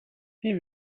wie